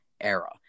era